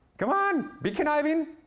come on, be conniving.